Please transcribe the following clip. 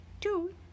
two